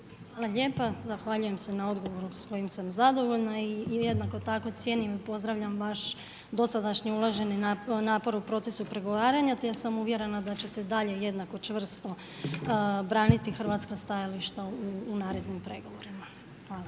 Hvala lijepa. Zahvaljujem se na odgovoru s kojim sam zadovoljna i jednako tako cijenim i pozdravljam vaš dosadašnji uloženi napor u procesu pregovaranja, te sam uvjerena da ćete dalje jednako čvrsto braniti hrvatska stajališta u narednim pregovorima. Hvala.